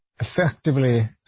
effectively